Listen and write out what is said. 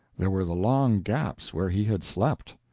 there were the long gaps where he had slept.